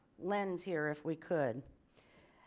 lens here if we could.